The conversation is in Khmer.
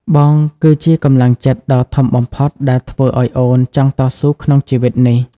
បងគឺជាកម្លាំងចិត្តដ៏ធំបំផុតដែលធ្វើឱ្យអូនចង់តស៊ូក្នុងជីវិតនេះ។